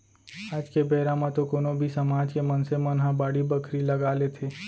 आज के बेरा म तो कोनो भी समाज के मनसे मन ह बाड़ी बखरी लगा लेथे